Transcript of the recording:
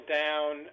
down